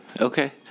Okay